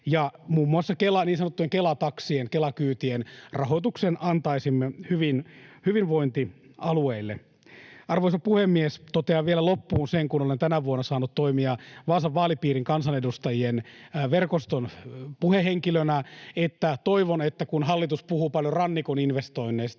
muun muassa niin sanottujen Kela-taksien, Kela-kyytien, rahoituksen antaisimme hyvinvointialueille. Arvoisa puhemies! Totean vielä loppuun sen, kun olen tänä vuonna saanut toimia Vaasan vaalipiirin kansanedustajien verkoston puhehenkilönä, että kun hallitus puhuu paljon rannikon investoinneista,